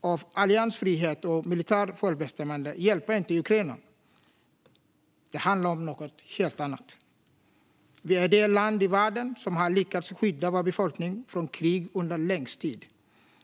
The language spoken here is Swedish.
av alliansfrihet och militärt självbestämmande hjälper inte Ukraina. Det handlar om något helt annat. Sverige är det land i världen som har lyckats skydda sin befolkning från krig under längst tid.